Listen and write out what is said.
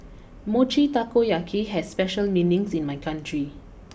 Mochi Taiyaki has special meanings in my country